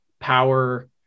power